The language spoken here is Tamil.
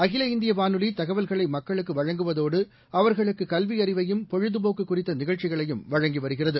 அகில இந்தியவானொலி தகவல்களைமக்களுக்குவழங்குவதோடு அவர்களுக்குகல்விஅறிவையும் பொழுதுபோக்குகுறித்தநிகழ்ச்சிகளையும் வழங்கிவருகிறது